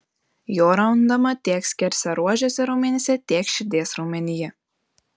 jo randama tiek skersaruožiuose raumenyse tiek širdies raumenyje